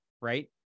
right